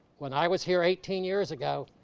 when i was here eighteen years ago,